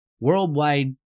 worldwide